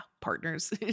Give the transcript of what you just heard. partners